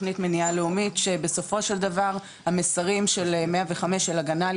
תוכנית מניעה לאומית שבסופו של דבר המסרים של 105 של הגנה על